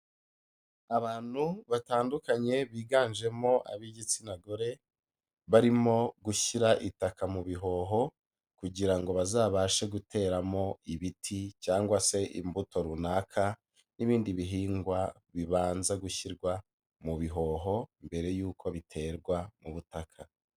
Abantu batandukanye biganjemo ab'igitsina gore, barimo gushyira itaka mu bihoho kugira ngo bazabashe guteramo ibiti cyangwa se imbuto runaka n'ibindi bihingwa bibanza gushyirwa mu bihoho mbere y'uko biterwa mu butaka.